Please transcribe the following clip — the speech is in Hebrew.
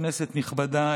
כנסת נכבדה,